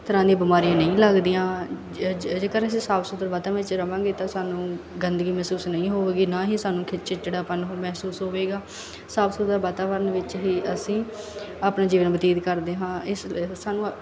ਤਰ੍ਹਾਂ ਦੀਆਂ ਬਿਮਾਰੀਆਂ ਨਹੀਂ ਲੱਗਦੀਆਂ ਜੇਕਰ ਅਸੀਂ ਸਾਫ਼ ਸੁਥਰ ਵਾਤਾਵਰਨ 'ਚ ਰਹਾਂਗੇ ਤਾਂ ਸਾਨੂੰ ਗੰਦਗੀ ਮਹਿਸੂਸ ਨਹੀਂ ਹੋਵੇਗੀ ਨਾ ਹੀ ਸਾਨੂੰ ਕੋਈ ਚਿੜਚਿੜਾਪਨ ਮਹਿਸੂਸ ਹੋਵੇਗਾ ਸਾਫ਼ ਸੁਥਰਾ ਵਾਤਾਵਰਨ ਵਿੱਚ ਹੀ ਅਸੀਂ ਆਪਣਾ ਜੀਵਨ ਬਤੀਤ ਕਰਦੇ ਹਾਂ ਇਸ ਇਹ ਸਾਨੂੰ